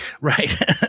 Right